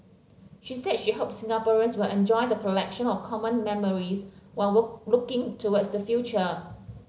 she said she hopes Singaporeans will enjoy the collection of common memories while were looking towards the future